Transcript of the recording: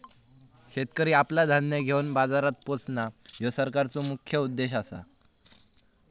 शेतकरी आपला धान्य घेवन बाजारात पोचणां, ह्यो सरकारचो मुख्य उद्देश आसा